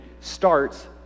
starts